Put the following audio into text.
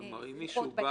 אבל אם אנחנו לא